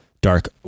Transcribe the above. dark